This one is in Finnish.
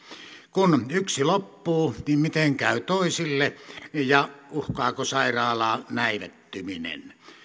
kun yksi loppuu niin miten käy toisille ja uhkaako sairaalaa näivettyminen